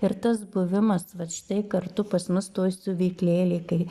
ir tas buvimas vat štai kartu pas mus toj siuvyklėlėj kai